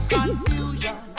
confusion